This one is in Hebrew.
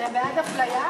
אתם בעד אפליה?